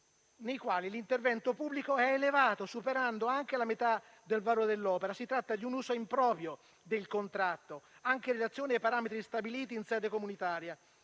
nei quali l'intervento pubblico è elevato, superando anche la metà del valore dell'opera. Si tratta di un uso improprio del contratto, anche in relazione ai parametri stabiliti in sede comunitaria.